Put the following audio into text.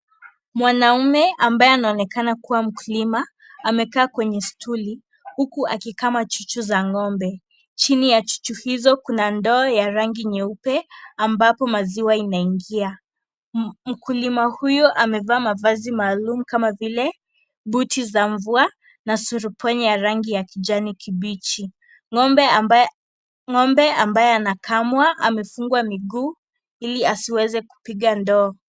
Mwanaume ambaye anaonekana kuwa mkulima amekaa kwenye stuli huku akikama chuchu za ng'ombe. Chini ya chuchu hizo kuna ndoo ya rangi nyeupe ambalo maziwa inaingia. Mkulima huyu amevaa mavazi maalum kama vile buti za mvua na zurubwenye ya rangi ya kijani kibichi. Ng'ombe ambaye anakamwa amefungwa miguu ili asiweze kupiga ndoo.